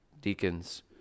Deacons